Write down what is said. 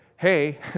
Hey